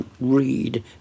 read